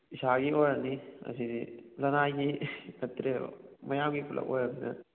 ꯏꯁꯥꯒꯤ ꯑꯣꯏꯔꯅꯤ ꯑꯁꯤꯗꯤ ꯂꯅꯥꯏꯒꯤ ꯅꯠꯇ꯭ꯔꯦꯕ ꯃꯌꯥꯝꯒꯤ ꯄꯨꯂꯞ ꯑꯣꯏꯔꯕꯅꯤꯅ